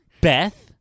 Beth